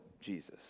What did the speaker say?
Jesus